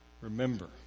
Remember